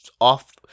off